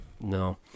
no